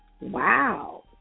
Wow